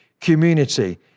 community